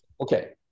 Okay